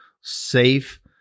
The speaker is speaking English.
safe